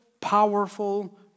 powerful